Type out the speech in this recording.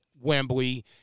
Wembley